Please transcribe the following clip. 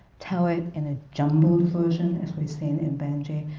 tell it in a jumbled version as we've seen in benjy,